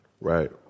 right